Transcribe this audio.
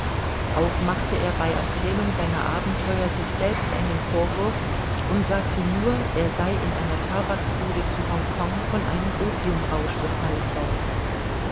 auch machte er bei erzählung seiner abenteuer sich selbst einen vorwurf und sagte nur er sei in einer tabaksbude zu hongkong von einem opiumrausch befallen worden